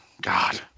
God